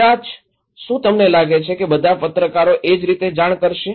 કદાચ શું તમને લાગે છે કે બધા પત્રકારો એ જ રીતે જાણ કરશે